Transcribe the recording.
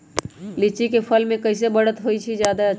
लिचि क फल म कईसे बढ़त होई जादे अच्छा?